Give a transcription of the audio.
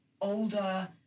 older